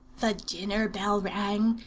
the dinner-bell rang,